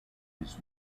his